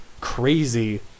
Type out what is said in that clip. crazy